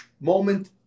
moment